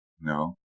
No